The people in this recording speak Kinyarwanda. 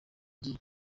ry’i